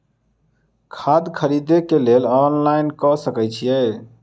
खाद खरीदे केँ लेल ऑनलाइन कऽ सकय छीयै?